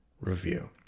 Review